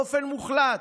באופן מוחלט,